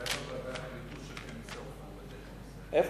אולי בוועדה יחליטו שכן יישרפו בתי-כנסת.